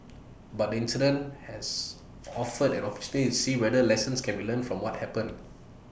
but the incident has offered an opportunity to see whether lessons can be learned from what happened